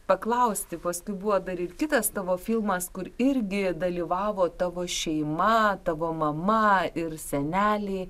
paklausti paskui buvo dar ir kitas tavo filmas kur irgi dalyvavo tavo šeima tavo mama ir seneliai